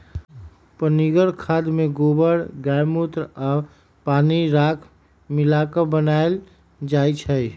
पनीगर खाद में गोबर गायमुत्र आ पानी राख मिला क बनाएल जाइ छइ